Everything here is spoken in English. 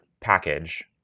package